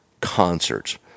concerts